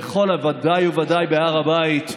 ודאי וודאי בהר הבית.